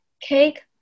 Cake